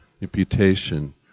imputation